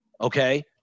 okay